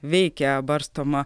veikia barstoma